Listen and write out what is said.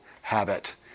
habit